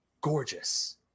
gorgeous